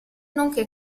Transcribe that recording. nonché